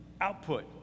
output